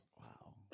Wow